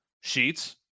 sheets